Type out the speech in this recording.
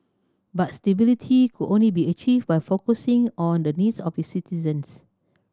but stability could only be achieved by focusing on the needs of its citizens